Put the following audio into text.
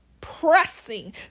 pressing